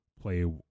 play